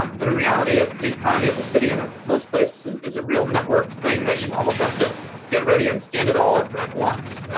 um but in reality, the economy of the city and of most places is a real network thing that you almost have to get ready and stand it all up at once.